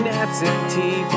absentee